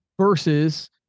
Versus